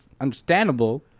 understandable